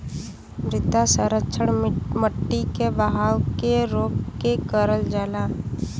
मृदा संरक्षण मट्टी के बहाव के रोक के करल जाला